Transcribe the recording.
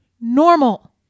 normal